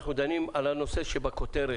אנחנו דנים על הנושא שבכותרת.